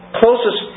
closest